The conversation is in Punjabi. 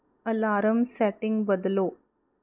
ਅਲਾਰਮ ਸੈਟਿੰਗ ਬਦਲੋ